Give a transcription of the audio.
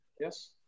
Yes